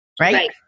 Right